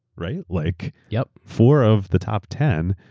right? like yup. four of the top ten,